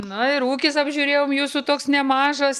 na ir ūkis apžiūrėjau jūsų toks nemažas